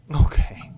Okay